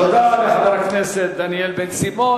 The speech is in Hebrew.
תודה לחבר הכנסת דניאל בן-סימון.